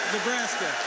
Nebraska